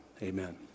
Amen